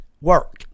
work